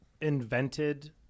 invented